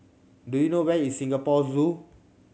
do you know where is Singapore Zoo